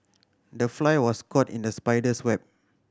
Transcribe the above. the fly was caught in the spider's web